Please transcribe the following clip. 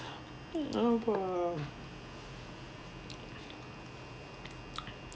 ஆமா:aamaa